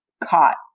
caught